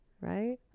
Right